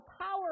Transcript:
power